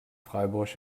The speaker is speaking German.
freiburg